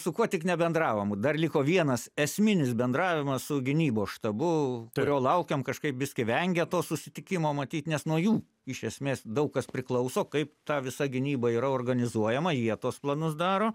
su kuo tik nebendravom dar liko vienas esminis bendravimas su gynybos štabu kurio laukiam kažkaip biskį vengia to susitikimo matyt nes nuo jų iš esmės daug kas priklauso kaip ta visa gynyba yra organizuojama jie tuos planus daro